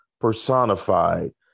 personified